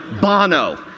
Bono